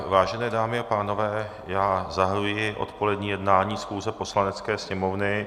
Vážené dámy a pánové, já zahajuji odpolední jednání schůze Poslanecké sněmovny.